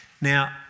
Now